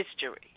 history